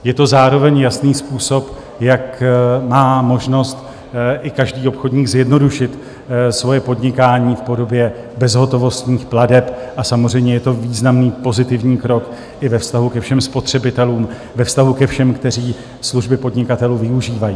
Je to zároveň jasný způsob, jak má možnost i každý obchodník zjednodušit svoje podnikání v podobě bezhotovostních plateb, a samozřejmě je to významný pozitivní krok i ve vztahu ke všem spotřebitelům, ve vztahu ke všem, kteří služby podnikatelů využívají.